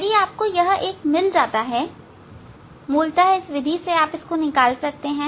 यदि आपको यह एक मिल जाता है मूलतः इस विधि से आप इसे निकाल सकते हैं